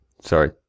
Sorry